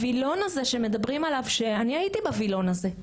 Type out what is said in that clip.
הווילון הזה שמדברים עליו - אני הייתי בווילון הזה.